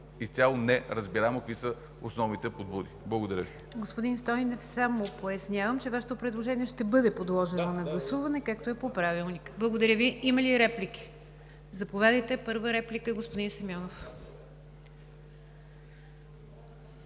изцяло неразбираемо кои са основните подбуди. Благодаря Ви.